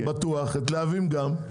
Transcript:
את להבים גם.